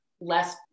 less